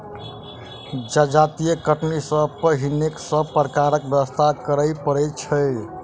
जजाति कटनी सॅ पहिने सभ प्रकारक व्यवस्था करय पड़ैत छै